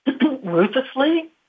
ruthlessly